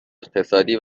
اقتصادی